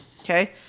Okay